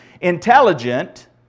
intelligent